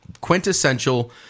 quintessential